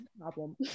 problem